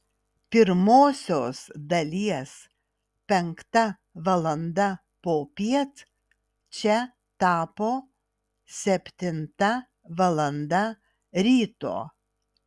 pirmosios dalies penkta valanda popiet čia tapo septinta valanda ryto